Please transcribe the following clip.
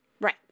Right